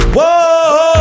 Whoa